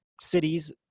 cities